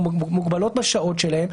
הן מוגבלות בשעות שלהן,